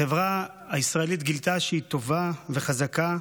החברה הישראלית גילתה שהיא טובה וחזקה.